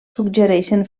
suggereixen